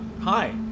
hi